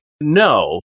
no